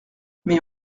mais